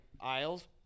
aisles